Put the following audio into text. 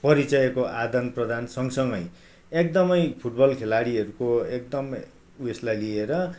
परिचयको आदान प्रदान सँगसँगै एकदमै फुटबल खेलाडीहरूको एकदमै उयसलाई लिएर